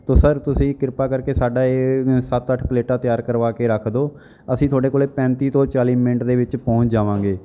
ਤੋ ਸਰ ਤੁਸੀਂ ਕਿਰਪਾ ਕਰਕੇ ਸਾਡਾ ਇਹ ਸੱਤ ਅੱਠ ਪਲੇਟਾਂ ਤਿਆਰ ਕਰਵਾ ਕੇ ਰੱਖ ਦਿਓ ਅਸੀਂ ਤੁਹਾਡੇ ਕੋਲ ਪੈਂਤੀ ਤੋਂ ਚਾਲੀ ਮਿੰਟ ਦੇ ਵਿੱਚ ਪਹੁੰਚ ਜਾਵਾਂਗੇ